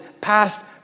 past